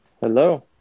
Hello